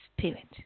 Spirit